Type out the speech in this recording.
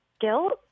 guilt